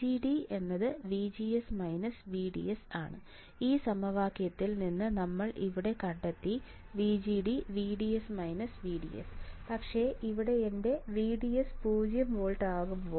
VGD VGS VDS ഒരു സമവാക്യത്തിൽ നിന്ന് നമ്മൾ ഇവിടെ കണ്ടെത്തി VGD VGS VDS പക്ഷേ ഇവിടെ എന്റെ വിഡിഎസ് 0 വോൾട്ട് ആണ്